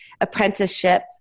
apprenticeship